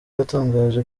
yatangaje